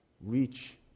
reach